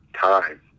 time